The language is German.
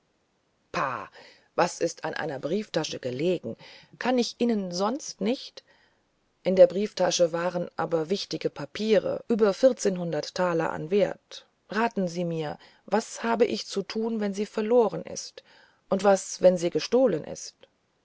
pah was ist an einer brieftasche gelegen kann ich ihnen sonst nicht in der brieftasche waren aber wichtige papiere über vierzehnhundert taler an wert raten sie mir was habe ich zu tun wenn sie verloren ist und was wenn sie gestohlen ist